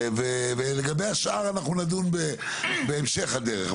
ולגבי השאר, אנחנו נדון בהמשך הדרך.